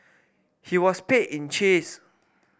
he was paid in cheese